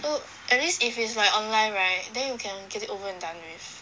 too at least if it's like online right then you can get it over and done with